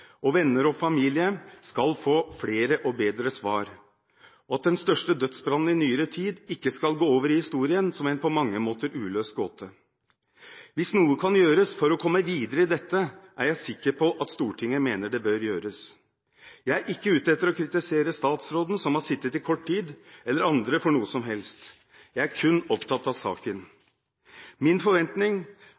og etterlatte, venner og familie skal få flere og bedre svar, og at den største dødsbrannen i nyere tid ikke skal gå over i historien som en på mange måter uløst gåte. Hvis noe kan gjøres for å komme videre i dette, er jeg sikker på at Stortinget mener det bør gjøres. Jeg er ikke ute etter å kritisere statsråden, som har sittet i kort tid, eller andre for noe som helst, jeg er kun opptatt av saken. Min forventning